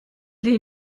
les